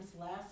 last